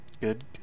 Good